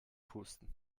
pusten